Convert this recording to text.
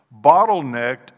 bottlenecked